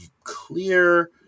clear